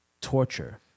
torture